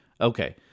Okay